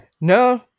no